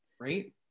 right